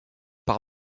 par